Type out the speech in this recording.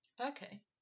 Okay